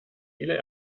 viele